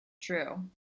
true